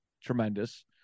Tremendous